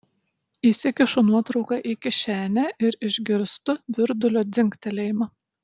įsikišu nuotrauką į kišenę ir išgirstu virdulio dzingtelėjimą